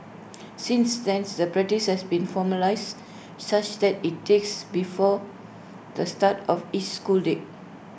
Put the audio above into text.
since then the practice has been formalised such that IT takes before the start of each school day